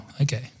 okay